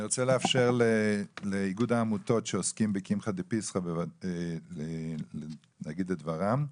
אני רוצה לאפשר לאיגוד העמותות שעוסקים בקמחא דפסחא להגיד את דברם.